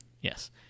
Yes